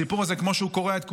הסיפור הזה, הוא קורע את כולנו.